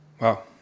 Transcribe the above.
Wow